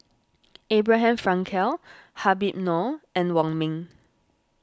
Abraham Frankel Habib Noh and Wong Ming